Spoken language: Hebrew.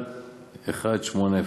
1.1801,